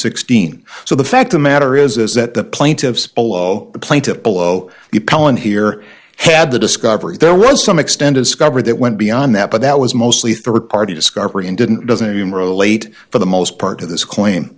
sixteen so the fact the matter is is that the plaintiffs follow the plaintiff below the pollen here had the discovery there was some extent is covered that went beyond that but that was mostly third party discovery and didn't doesn't even relate for the most part to this claim